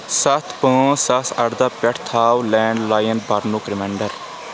سَتھ پانٛژھ زٕساس اَرٕداہ پٮ۪ٹھ تھاو لینٛڈ لایِن برنُک ریمنانڈر